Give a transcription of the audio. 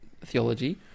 theology